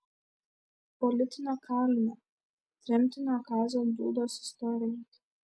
politinio kalinio tremtinio kazio dūdos istorija